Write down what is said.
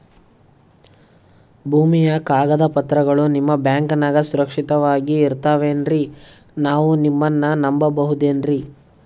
ಭೂಮಿಯ ಕಾಗದ ಪತ್ರಗಳು ನಿಮ್ಮ ಬ್ಯಾಂಕನಾಗ ಸುರಕ್ಷಿತವಾಗಿ ಇರತಾವೇನ್ರಿ ನಾವು ನಿಮ್ಮನ್ನ ನಮ್ ಬಬಹುದೇನ್ರಿ?